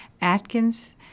Atkins